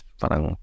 parang